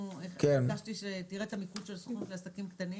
ביקשתי שתראה את המיקוד בתמיכה לעסקים קטנים,